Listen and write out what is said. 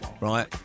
right